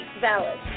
valid